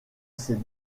ces